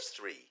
three